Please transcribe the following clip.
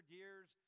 years